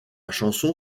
chanson